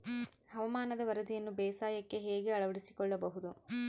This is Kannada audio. ಹವಾಮಾನದ ವರದಿಯನ್ನು ಬೇಸಾಯಕ್ಕೆ ಹೇಗೆ ಅಳವಡಿಸಿಕೊಳ್ಳಬಹುದು?